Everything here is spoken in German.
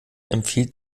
empfiehlt